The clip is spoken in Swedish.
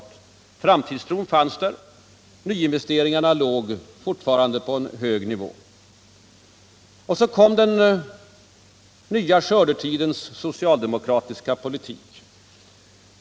Framtidstron fanns där. Nyinvesteringarna låg på en hög nivå. Men så kom den nya skördetidens socialdemokratiska politik.